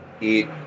eat